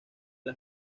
las